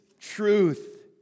truth